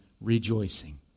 rejoicing